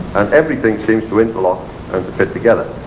and everything seems to interlock and fit together.